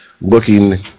looking